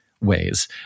ways